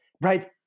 right